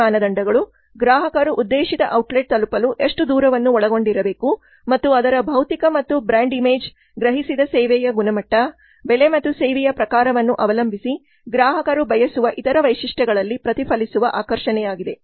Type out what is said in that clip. ಈ ಮಾನದಂಡಗಳು ಗ್ರಾಹಕರು ಉದ್ದೇಶಿತ ಔಟ್ಲೆಟ್ ತಲುಪಲು ಎಷ್ಟು ದೂರವನ್ನು ಒಳಗೊಂಡಿರಬೇಕು ಮತ್ತು ಅದರ ಭೌತಿಕ ಮತ್ತು ಬ್ರಾಂಡ್ಇಮೇಜ್ ಗ್ರಹಿಸಿದ ಸೇವೆಯ ಗುಣಮಟ್ಟ ಬೆಲೆ ಮತ್ತು ಸೇವೆಯ ಪ್ರಕಾರವನ್ನು ಅವಲಂಬಿಸಿ ಗ್ರಾಹಕರು ಬಯಸುವ ಇತರ ವೈಶಿಷ್ಟ್ಯಗಳಲ್ಲಿ ಪ್ರತಿಫಲಿಸುವ ಆಕರ್ಷಣೆಯಾಗಿದೆ